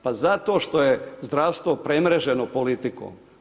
Pa zato što je zdravstvo premreženo politikom.